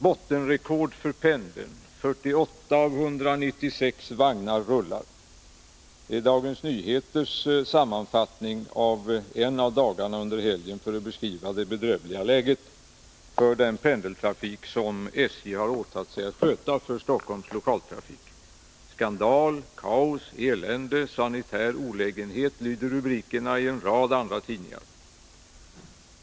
”Bottenrekord för pendeln — 48 av 196 vagnar rullar.” Det är Dagens Nyheters sammanfattning en av dagarna under julhelgen för att beskriva det bedrövliga läget för den pendeltågstrafik som SJ har åtagit sig att sköta för Storstockholms Lokaltrafik. Skandal — Kaos — Elände — Sanitär olägenhet, lyder rubrikerna i en rad andra tidningar.